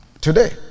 today